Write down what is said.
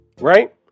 right